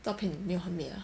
照片没有很美啊